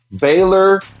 Baylor